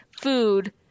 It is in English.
food